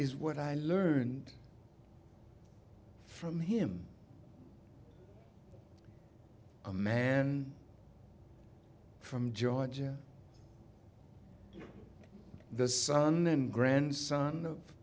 is what i learned from him a man from georgia the son and grandson of